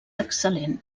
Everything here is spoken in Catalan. excel·lent